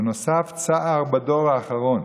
ונוסף צער בדור האחרון,